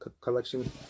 Collection